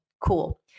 Cool